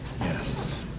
Yes